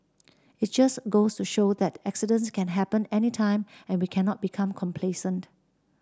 it just goes to show that accidents can happen anytime and we cannot become complacent